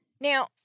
Now